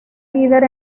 líder